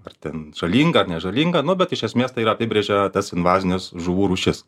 ar ten žalingą ar nežalingą nu bet iš esmės tai yra apibrėžia tas invazines žuvų rūšis